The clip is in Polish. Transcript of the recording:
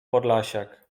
podlasiak